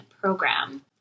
program